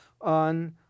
on